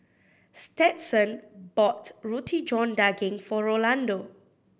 Stetson bought Roti John Daging for Rolando